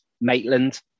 Maitland